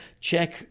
Check